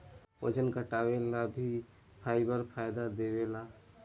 ओजन घटाएला भी फाइबर फायदा देवेला